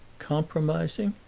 compromising?